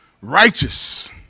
righteous